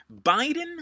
Biden